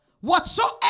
whatsoever